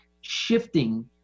shifting